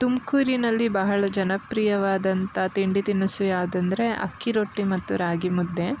ತುಮಕೂರಿನಲ್ಲಿ ಬಹಳ ಜನಪ್ರಿಯವಾದಂಥ ತಿಂಡಿ ತಿನಿಸು ಯಾವುದಂದ್ರೆ ಅಕ್ಕಿ ರೊಟ್ಟಿ ಮತ್ತು ರಾಗಿ ಮುದ್ದೆ